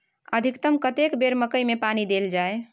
अधिकतम कतेक बेर मकई मे पानी देल जाय?